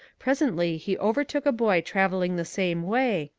presently he overtook a boy travelling the same way,